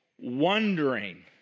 wondering